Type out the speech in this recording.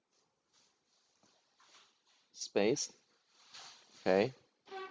space okay